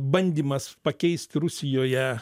bandymas pakeist rusijoje